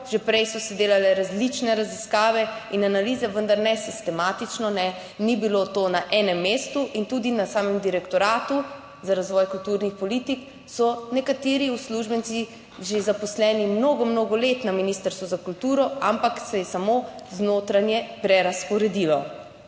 že prej so se delale različne raziskave in analize, vendar ne sistematično, ni bilo to na enem mestu in tudi na samem direktoratu za razvoj kulturnih politik so nekateri uslužbenci že zaposleni mnogo mnogo let na Ministrstvu za kulturo, ampak se je samo z notranje prerazporedilo